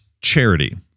charity